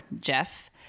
Jeff